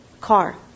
car